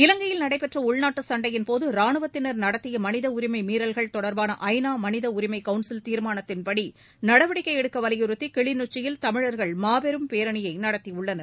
இலங்கையில் நடைபெற்ற உள்நாட்டுச் சண்டையின் போது ராணுவத்தினர் நடத்திய மனித உரிமை மீறல்கள் தொடர்பான ஐநா மனித உரிமை கவுன்சில் தீர்மானத்தின்படி நடவடிக்கை எடுக்க வலியுறுத்தி கிளிநொச்சியில் தமிழர்கள் மாபெரும் பேரணியை நடத்தியுள்ளனர்